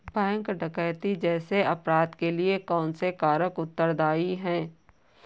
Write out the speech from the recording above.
Bank डकैती जैसे अपराध के लिए कौन से कारक उत्तरदाई हैं?